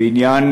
בעניין